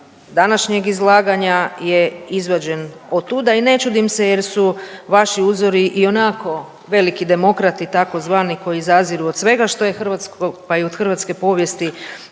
današnjeg izlaganja je izvađen otuda i ne čudim se jer su vaši uzori ionako veliki demokrati tzv. koji zaziru od svega što je hrvatsko, pa i od hrvatske povijesti